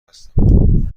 هستم